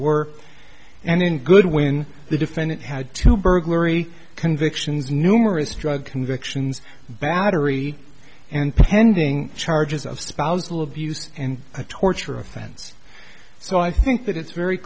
were and in goodwin the defendant had to burglary convictions numerous drug convictions battery and pending charges of spousal abuse and torture offense so i think that it's very